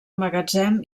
magatzem